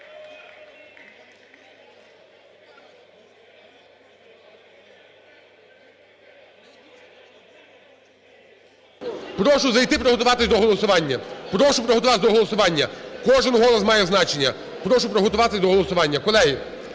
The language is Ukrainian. Прошу підготуватись до голосування. Кожен голос має значення. Прошу приготуватись до голосування. Колеги,